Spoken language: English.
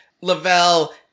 Lavelle